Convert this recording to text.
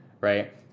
right